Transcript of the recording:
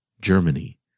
Germany